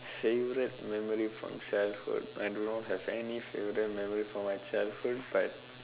favourite memory from childhood I do not have any favourite memory from my childhood but